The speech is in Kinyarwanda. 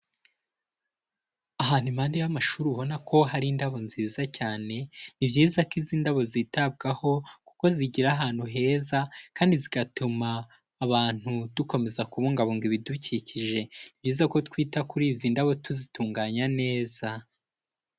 Ahantu impande y'amashuri ubona ko hari indabo nziza cyane, ni byiza ko izi ndabo zitabwaho kuko zigira ahantu heza kandi zigatuma abantu dukomeza kubungabunga ibidukikije, ni byiza ko twita kuri izi ndabo tuzitunganya neza.